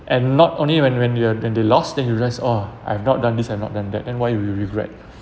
and not only when when they're then they lost then you realise oh I've not done this I've not done that then why you you regret